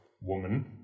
woman